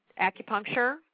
acupuncture